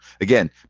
Again